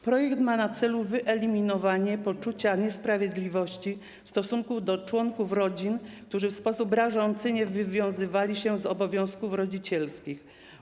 Projekt ma na celu wyeliminowanie poczucia niesprawiedliwości w stosunku do członków rodzin osób, które w sposób rażący nie wywiązywały się z obowiązków rodzicielskich.